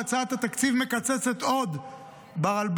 בהצעת התקציב מקצצת עוד ברלב"ד,